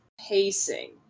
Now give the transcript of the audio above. Pacing